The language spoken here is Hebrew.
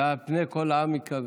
תשמע, "ועל פני כל העם אכבד".